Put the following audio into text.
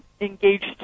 engaged